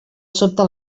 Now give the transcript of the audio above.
sobte